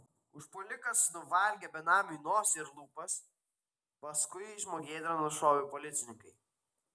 užpuolikas nuvalgė benamiui nosį ir lūpas paskui žmogėdrą nušovė policininkai